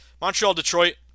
Montreal-Detroit